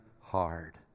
hard